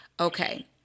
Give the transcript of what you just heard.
okay